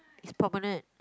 is Promenade